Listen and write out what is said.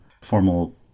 formal